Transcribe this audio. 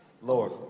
Lord